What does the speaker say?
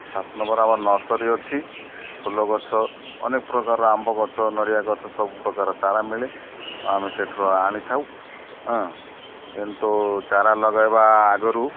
ସାତ୍ ନମ୍ବରରେ ଆମର ନର୍ସରୀ ଅଛି ଫୁଲ ଗଛ ଅନେକ ପ୍ରକାରର ଆମ୍ବ ଗଛ ନଡ଼ିଆ ଗଛ ସବୁ ପ୍ରକାର ଚାରା ମିଳେ ଆମେ ସେଠରୁ ଆଣିଥାଉଁ କିନ୍ତୁ ଚାରା ଲଗାଇବା ଆଗରୁ